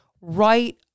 right